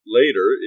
later